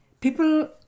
People